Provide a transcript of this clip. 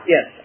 Yes